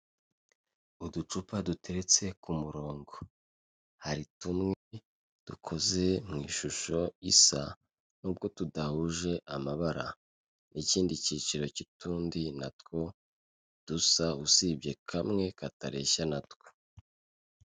Uducupa duteretse ku murongo. Hari tumwe dukoze mu ishusho isa, nubwo tudahuje amabara. Ikindi cyiciro cy'utundi na two dusa, usibye kamwe katareshya na two.